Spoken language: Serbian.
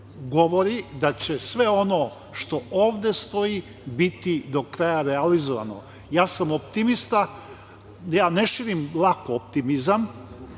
govori da će sve ono što ovde stoji biti do kraja realizovano. Ja sam optimista, ja ne širim lako optimizam,